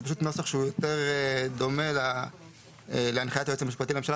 זה נוסח שמבחינת הניסוח הוא יותר דומה להנחיית היועץ המשפטי לממשלה,